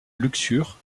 luxure